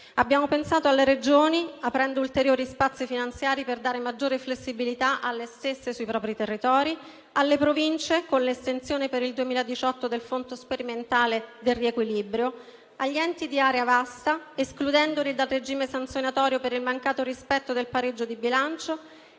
Abbiamo pensato alle Regioni, aprendo ulteriori spazi finanziari per dare maggiore flessibilità alle stesse sui propri territori; alle Province, con l'estensione per il 2018 del fondo sperimentale del riequilibrio; agli enti di area vasta, escludendoli dal regime sanzionatorio per il mancato rispetto del pareggio di bilancio;